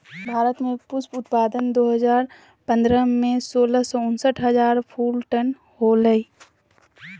भारत में पुष्प उत्पादन वर्ष दो हजार पंद्रह में, सोलह सौ उनसठ हजार टन फूल होलय